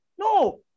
No